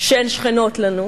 שהן שכנות לנו,